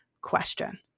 question